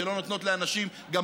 שלא נותנות לאנשים לסיים את התיק,